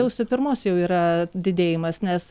sausio pirmos jau yra didėjimas nes